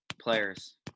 Players